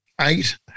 eight